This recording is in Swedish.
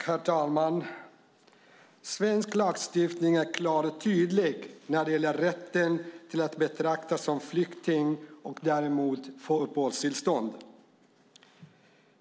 Herr talman! Svensk lagstiftning är klar och tydlig när det gäller rätten att betraktas som flykting och därmed få uppehållstillstånd.